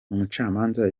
umucamanza